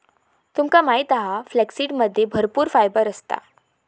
तुमका माहित हा फ्लॅक्ससीडमध्ये भरपूर फायबर असता